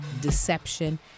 deception